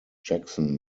jackson